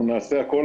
אנחנו נעשה הכל,